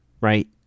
right